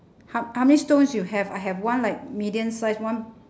ho~ how many stones you have I have one like medium size one